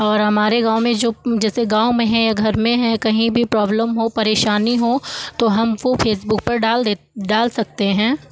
और हमारे गाँव में जो जैसे गाँव में है या घर में है कहीं भी प्रॉब्लम हो परेशानी हो तो हम वो फ़ेसबुक पर डाल दे डाल सकते हैं